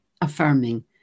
affirming